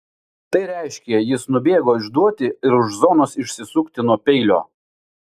tai reiškė jis nubėgo išduoti ir už zonos išsisukti nuo peilio